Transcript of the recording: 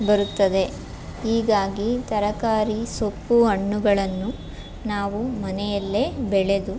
ಬರುತ್ತದೆ ಹೀಗಾಗಿ ತರಕಾರಿ ಸೊಪ್ಪು ಹಣ್ಣುಗಳನ್ನು ನಾವು ಮನೆಯಲ್ಲೇ ಬೆಳೆದು